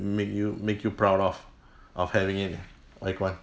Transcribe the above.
make you make you proud of of having it wai kwan